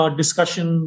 discussion